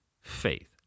faith